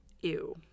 ew